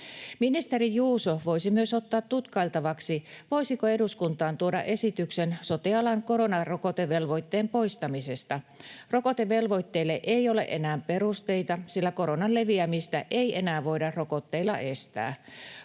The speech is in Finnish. Ministeri Juuso voisi myös ottaa tutkailtavaksi, voisiko eduskuntaan tuoda esityksen sote-alan koronarokotevelvoitteen poistamisesta. Rokotevelvoitteelle ei ole enää perusteita, sillä koronan leviämistä ei enää voida rokotteilla estää.